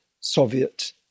Soviet